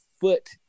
foot